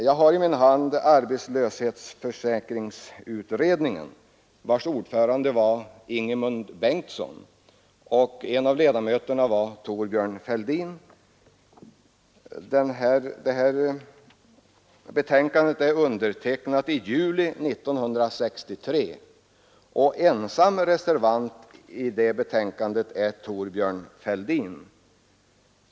Jag har i min hand ett betänkande från arbetslöshetsförsäkringsutredningen, vars ordförande var Ingemund Bengtsson. En av ledamöterna var Thorbjörn Fälldin. Betänkandet är undertecknat i juli 1963, och ensam reservant i det betänkandet är Thorbjörn Fälldin.